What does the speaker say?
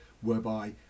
whereby